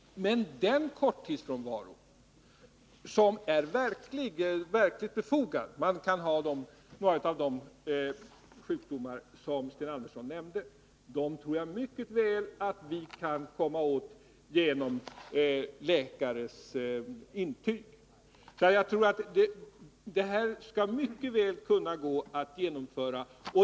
Men den korttidsfrånvaro som är verkligt befogad — den kan vara orsakad av några av de sjukdomar som Sten Andersson nämnde — tror jag att vi mycket väl kan klara upp genom läkares intyg. Jag tror att den här ändringen mycket väl går att genomföra.